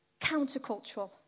countercultural